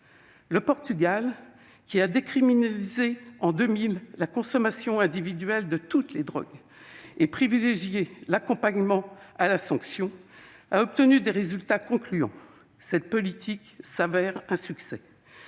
Le Portugal, qui a décriminalisé en 2000 la consommation individuelle de toutes les drogues et privilégié l'accompagnement à la sanction, a obtenu des résultats concluants. Cette politique s'avère être un succès.